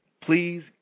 Please